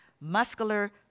muscular